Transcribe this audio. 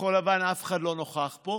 כחול לבן אף אחד לא נוכח פה,